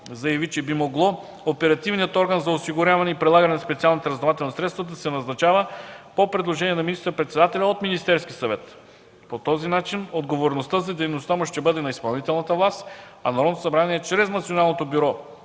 разузнавателни средства да се назначава по предложение на министър-председателя от Министерския съвет. По този начин отговорността за дейността му ще бъде на изпълнителната власт, а Народното събрание чрез Националното бюро